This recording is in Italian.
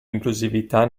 inclusività